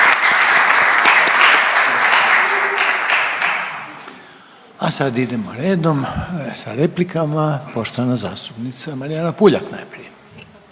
A sad idemo redom sa replikama, poštovana zastupnica Marijana Puljak.